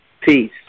Peace